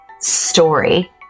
story